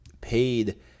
paid